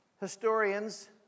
historians